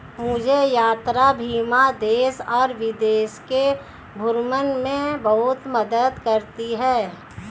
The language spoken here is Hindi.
मुझे यात्रा बीमा देश और विदेश के भ्रमण में बहुत मदद करती है